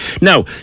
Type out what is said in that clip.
Now